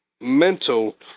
mental